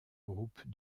groupes